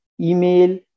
email